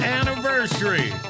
anniversary